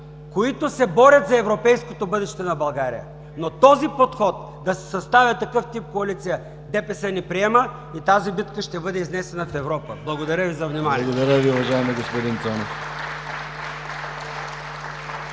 които се борят за европейското бъдеще на България. Но този подход – да се съставя такъв тип коалиция, ДПС не приема и тази битка ще бъде изнесена в Европа. Благодаря Ви за вниманието! (Реплика отдясно: